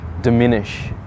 diminish